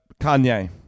Kanye